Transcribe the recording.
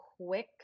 quick